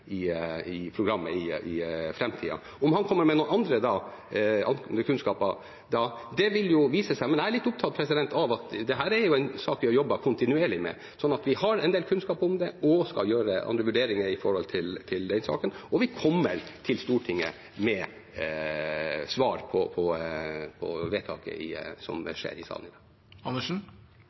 i programmet i framtiden. Om han da kommer med noen andre kunnskaper, vil jo vise seg, men jeg er litt opptatt av at dette er en sak vi har jobbet kontinuerlig med. Vi har en del kunnskap om det, vi skal gjøre andre vurderinger i den saken, og vi kommer til Stortinget med svar på vedtaket som vil fattes i salen i dag.